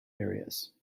areas